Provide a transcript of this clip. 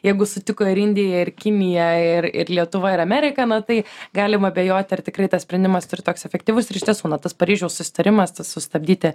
jeigu sutiko ir indija ir kinija ir ir lietuva ir amerika na tai galim abejot ar tikrai tas sprendimas turi toks efektyvus ir iš tiesų na tas paryžiaus susitarimas tas sustabdyti